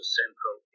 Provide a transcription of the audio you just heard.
central